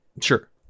Sure